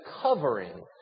covering